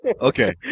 Okay